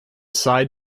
side